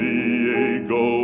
Diego